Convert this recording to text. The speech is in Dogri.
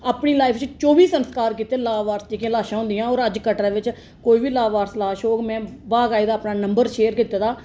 अपनी लाइफ च चौबी संस्कार कीते लाबारस लाशां होंदियां होर अज्ज कटरै बिच्च कोई बी लबारस लाशा होग में बकायदा अपना नंबर शेयर कीते दा